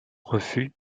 refus